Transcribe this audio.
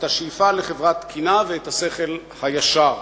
את השאיפה לחברה תקינה ואת השכל הישר.